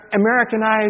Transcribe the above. Americanized